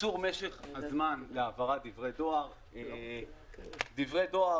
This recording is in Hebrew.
קיצור משך הזמן להעברת דברי דואר דברי דואר